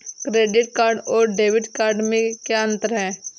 Credit card और debit card में क्या अंतर है?